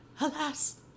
alas